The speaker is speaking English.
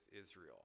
Israel